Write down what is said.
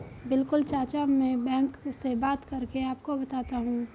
बिल्कुल चाचा में बैंक से बात करके आपको बताता हूं